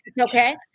okay